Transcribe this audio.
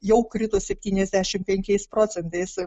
jau krito septyniasdešim penkiais procentais